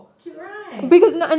cute right